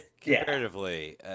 Comparatively